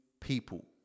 people